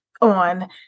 on